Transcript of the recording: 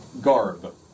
garb